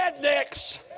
rednecks